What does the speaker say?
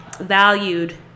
valued